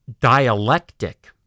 dialectic